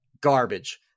Garbage